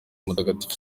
mutagatifu